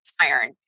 iron